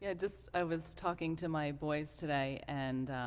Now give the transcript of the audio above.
ah just i was talking to my boys today, and